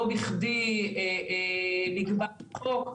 לא בכדי נקבע בחוק,